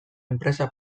enpresa